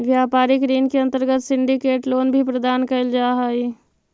व्यापारिक ऋण के अंतर्गत सिंडिकेट लोन भी प्रदान कैल जा हई